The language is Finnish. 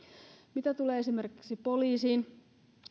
mitä tulee esimerkiksi poliisiin